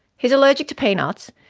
he is allergic to peanuts,